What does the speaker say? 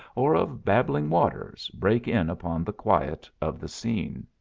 or of babbling waters break in upon the quiet of the scene.